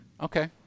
Okay